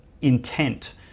intent